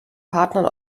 partnern